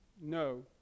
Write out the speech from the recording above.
No